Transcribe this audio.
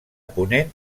ponent